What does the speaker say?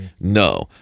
no